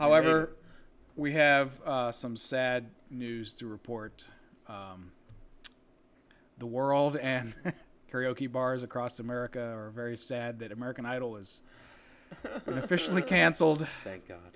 however we have some sad news to report the world and karaoke bars across america are very sad that american idol has officially cancelled thank god